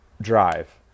drive